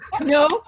No